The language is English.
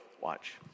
Watch